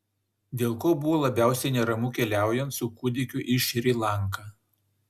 dėl ko buvo labiausiai neramu keliaujant su kūdikiu į šri lanką